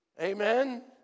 Amen